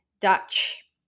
Dutch